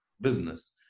business